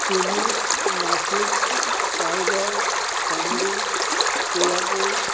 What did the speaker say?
पूने नासिक पायगढ़ सांगली कोल्हापुर